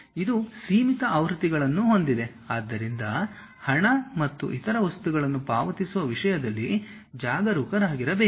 ಇದು ಸೀಮಿತ ಆವೃತ್ತಿಗಳನ್ನು ಹೊಂದಿದೆ ಆದ್ದರಿಂದ ಹಣ ಮತ್ತು ಇತರ ವಸ್ತುಗಳನ್ನು ಪಾವತಿಸುವ ವಿಷಯದಲ್ಲಿ ಜಾಗರೂಕರಾಗಿರಬೇಕು